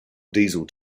diesel